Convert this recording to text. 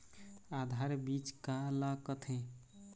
आधार बीज का ला कथें?